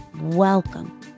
Welcome